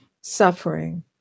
suffering